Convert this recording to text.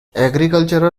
agricultural